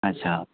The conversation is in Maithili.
अच्छा